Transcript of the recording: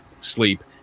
sleep